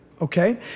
okay